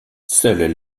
seules